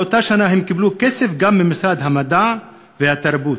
באותה שנה הם קיבלו כסף ממשרד המדע והתרבות,